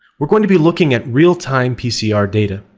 we're going to be looking at real-time pcr data.